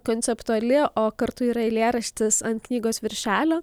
konceptuali o kartu yra eilėraštis ant knygos viršelio